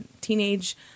teenage